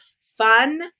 fun